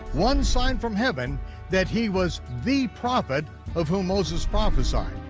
one sign from heaven that he was the prophet of whom moses prophesied,